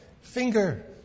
finger